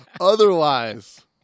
Otherwise